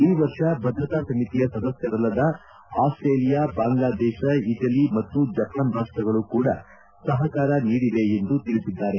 ಈ ವರ್ಷ ಭದ್ರತಾ ಸಮಿತಿಯ ಸದಸ್ಸರಲ್ಲದ ಆಸ್ಸೇಲಿಯಾ ಬಾಂಗ್ಲಾದೇಶ ಇಟಲಿ ಮತ್ತು ಜಪಾನ್ ರಾಷ್ಷಗಳು ಕೂಡಾ ಸಹಕಾರ ನೀಡಿವೆ ಎಂದು ತಿಳಿಸಿದ್ದಾರೆ